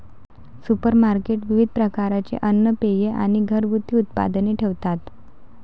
supermarket विविध प्रकारचे अन्न, पेये आणि घरगुती उत्पादने ठेवतात